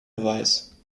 beweis